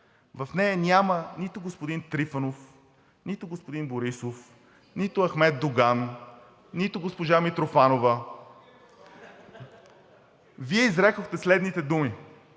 В нея няма нито господин Трифонов, нито господин Борисов, нито Ахмед Доган, нито госпожа Митрофанова. Вие изрекохте следните думи: